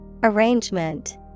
Arrangement